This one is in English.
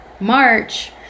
march